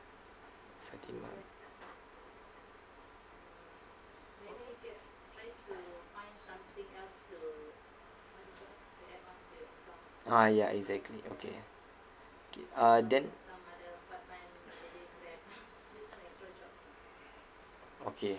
fatimah ah ya exactly okay K uh then okay